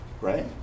right